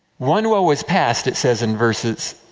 one woe is past. it says in verses.